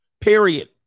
period